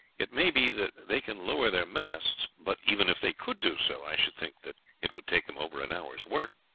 it may be that they can lower their masts but even if they could do so, i should think that it would take them over an hour's work,